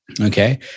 Okay